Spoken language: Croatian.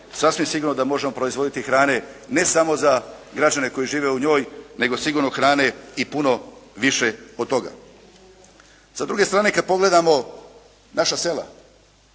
sasvim sigurno da možemo proizvoditi hrane, ne samo za građane koji žive u njoj, nego sigurno hrane i puno više od toga. Sa druge strane kada pogledamo naša sela.